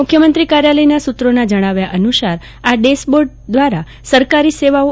મુખ્યમંત્રી કાર્યાલયના સુત્રોના જણાવ્યા અનુસાર આ ડેશ બોર્ડ દ્રારા સરકારી સેવાઓ હવે આ